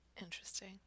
Interesting